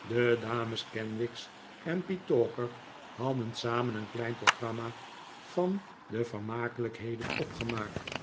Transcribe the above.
de dames kenwigs en petowker hadden samen een klein programma van de vermakelijkheden opgemaakt